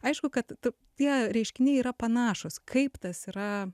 aišku kad tie reiškiniai yra panašūs kaip tas yra